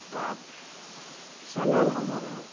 তাত চেনেলসমূহে